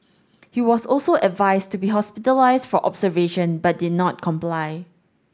he was also advised to be hospitalised for observation but did not comply